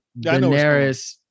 Daenerys